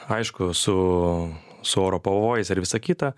aišku suu su oro pavojais ar visa kita